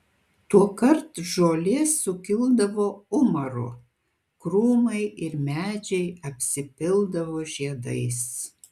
tuokart žolė sukildavo umaru krūmai ir medžiai apsipildavo žiedais